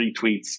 retweets